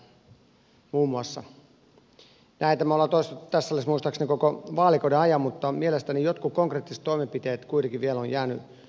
näitä me olemme toistaneet tässä salissa muistaakseni koko vaalikauden ajan mutta mielestäni jotkut konkreettiset toimenpiteet kuitenkin vielä ovat jääneet tekemättä